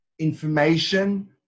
information